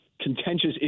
contentious